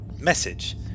message